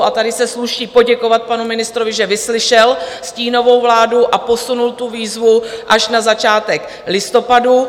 A tady se sluší poděkovat panu ministrovi, že vyslyšel stínovou vládu a posunul tu výzvu až na začátek listopadu.